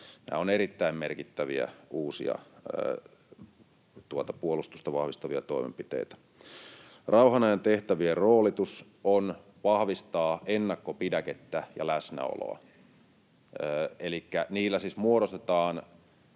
Nämä ovat erittäin merkittäviä uusia puolustusta vahvistavia toimenpiteitä. Rauhanajan tehtävien roolitus on vahvistaa ennakkopidäkettä ja läsnäoloa. Elikkä niillä siis muodostetaan